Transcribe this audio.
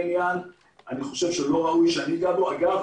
אגב,